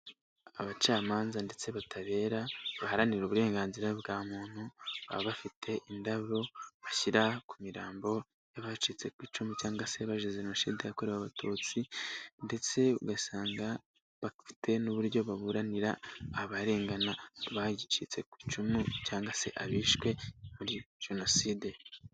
Abacamanza ndetse batabera baharanira uburenganzira bwa muntu baba bafite indabo bashyira ku mirambo y'abacitse ku icumu cyangwa se bazize jenoside yakorewe Abatutsi ndetse ugasanga ba bafite n'uburyo baburanira abarengana bacitse ku icumu cyangwa se abishwe muri jenoside.